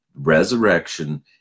resurrection